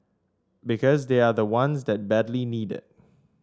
because they are the ones that badly need it